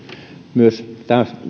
myös